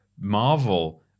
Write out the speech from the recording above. marvel